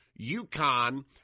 UConn